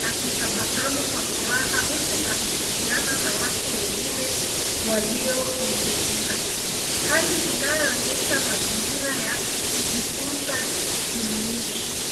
akitabasamu kwa furaha huku akihusiana na watu wengine waliomzunguka. Hali inayoonyesha mazingira ya kujifunza jumuishi.